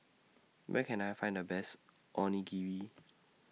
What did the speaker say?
Where Can I Find The Best Onigiri